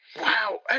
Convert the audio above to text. Wow